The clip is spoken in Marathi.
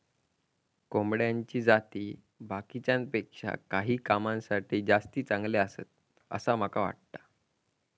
कोंबड्याची जाती बाकीच्यांपेक्षा काही कामांसाठी जास्ती चांगले आसत, असा माका वाटता